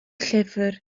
llyfr